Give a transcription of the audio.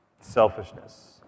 Selfishness